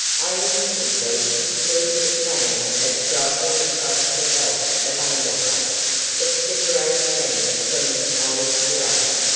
i instantly conceived the plan of striking across the belt of underbrush that separated me from this old dwelling,